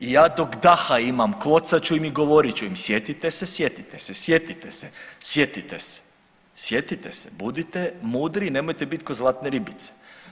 I ja dok daha imam kvocat ću im i govorit ću im sjetite se, sjetite se, sjetite se, sjetite se, sjetite se, budite mudri nemojte biti ko zlatne ribice.